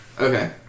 Okay